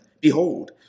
behold